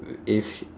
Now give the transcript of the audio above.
if